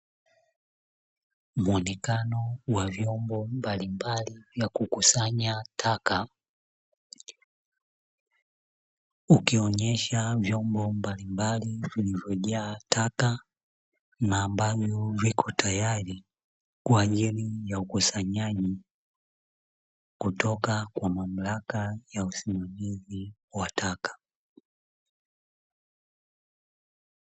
Muonekano wa vyombo mbalimbali vya kukusanya taka, ukionesha vyombo mbalimbali vilivyojaa taka na ambavyo viko tayari kwa ajili ya ukusanyaji kutoka kwa mamlaka ya ukusanyaji wa taka.